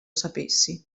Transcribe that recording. sapessi